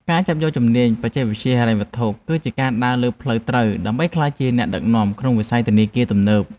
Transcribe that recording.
ការចាប់យកជំនាញបច្ចេកវិទ្យាហិរញ្ញវត្ថុ គឺជាការដើរលើផ្លូវត្រូវដើម្បីក្លាយជាអ្នកដឹកនាំក្នុងវិស័យធនាគារទំនើប។